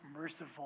merciful